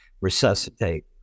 resuscitate